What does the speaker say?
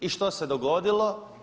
I što se dogodilo?